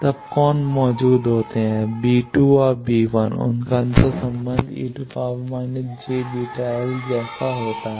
तब कौन मौजूद होते हैं और उनका अंतर्संबंध e− jβl जैसा होता है